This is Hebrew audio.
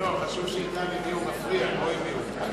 חשוב שהוא ידע למי הוא מפריע, לא אם הוא מפריע.